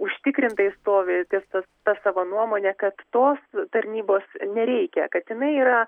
užtikrintai stovi ties tas ta savo nuomone kad tos tarnybos nereikia kad jinai yra